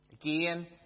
Again